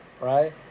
right